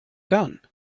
gun